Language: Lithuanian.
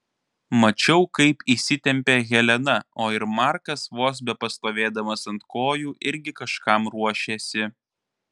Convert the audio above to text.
mačiau kaip įsitempė helena o ir markas vos bepastovėdamas ant kojų irgi kažkam ruošėsi